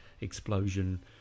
explosion